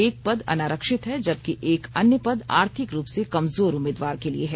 एक पद अनारक्षित है जबकि एक अन्य पद आर्थिक रूप से कमजोर उम्मीदवार के लिए है